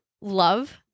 love